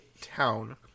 town